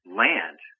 land